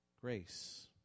Grace